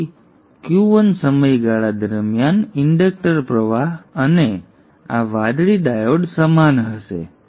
તેથી કી Q1 સમયગાળા દરમિયાન ઇન્ડક્ટર પ્રવાહ અને આ વાદળી ડાયોડ સમાન હશે